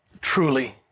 Truly